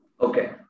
Okay